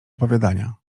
opowiadania